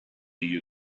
you